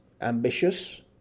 ambitious